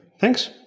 thanks